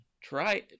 Try